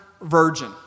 virgin